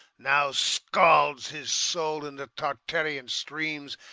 now scalds his soul in the tartarian streams,